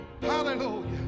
hallelujah